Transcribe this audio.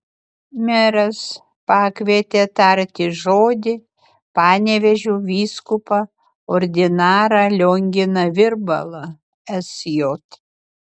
meras pakvietė tarti žodį panevėžio vyskupą ordinarą lionginą virbalą sj